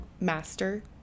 Master